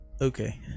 okay